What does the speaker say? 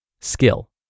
skill